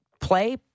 play